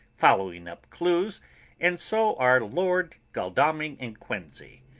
following up clues and so are lord godalming and quincey.